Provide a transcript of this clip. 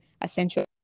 essential